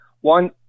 one